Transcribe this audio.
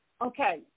Okay